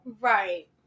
Right